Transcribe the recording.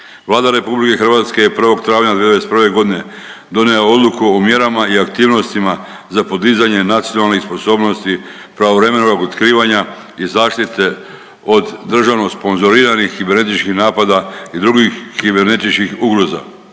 Vlada Republike Hrvatske je 1. travnja 1991. godine donijela odluku o mjerama i aktivnostima za podizanje nacionalnih sposobnosti pravovremenog otkrivanja i zaštite od državno sponzoriranih kibernetičkih napada i drugih kibernetičkih ugroza.